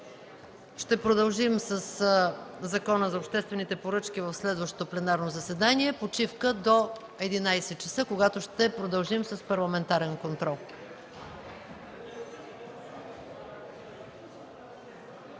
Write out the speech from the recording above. Ще продължим със Закона за обществените поръчки в следващото пленарно заседание. Обявявам почивка до 11,00 ч., когато ще продължим с парламентарен контрол.